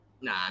Nah